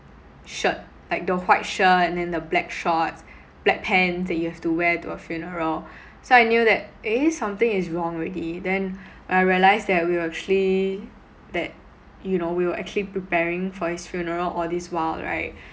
shirt like the white shirt and then the black shorts black pants that you have to wear to a funeral so I knew that eh something is wrong already then when I realise that we were actually that you know we were actually preparing for his funeral all this while right